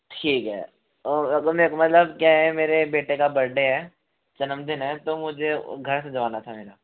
ठीक है और अगर मेरे को मतलब क्या है मेरे बेटे का बर्डे है जन्मदिन है तो मुझे घर सजवाना था मेरा